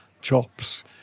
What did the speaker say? chops